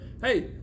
Hey